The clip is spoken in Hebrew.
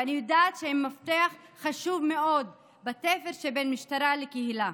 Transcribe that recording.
ואני יודעת שהם גורם מפתח חשוב מאוד בתפר שבין משטרה לקהילה.